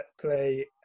play